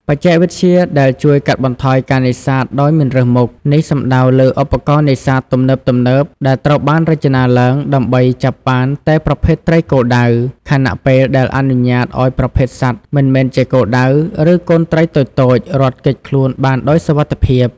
បច្ចេកវិទ្យាដែលជួយកាត់បន្ថយការនេសាទដោយមិនរើសមុខ នេះសំដៅលើឧបករណ៍នេសាទទំនើបៗដែលត្រូវបានរចនាឡើងដើម្បីចាប់បានតែប្រភេទត្រីគោលដៅ ខណៈពេលដែលអនុញ្ញាតឲ្យប្រភេទសត្វមិនមែនជាគោលដៅ ឬកូនត្រីតូចៗ រត់គេចខ្លួនបានដោយសុវត្ថិភាព។